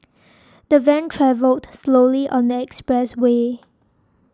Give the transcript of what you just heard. the van travelled slowly on the expressway